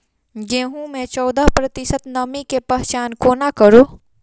गेंहूँ मे चौदह प्रतिशत नमी केँ पहचान कोना करू?